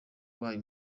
ubaye